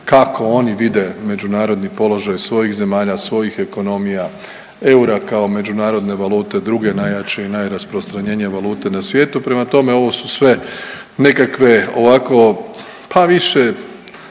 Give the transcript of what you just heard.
kako oni vide međunarodni položaj svojih zemalja, svojih ekonomija, eura kao međunarodne valute, druge najjače i najrasprostranjenije valute na svijetu, prema tome, ovo su sve nekakve ovako, pa više